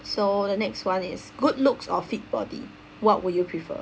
so the next one is good looks or fit body what would you prefer